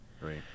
Right